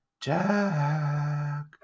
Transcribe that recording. Jack